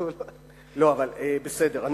בסדר,